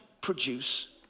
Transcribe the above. produce